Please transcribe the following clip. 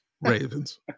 Ravens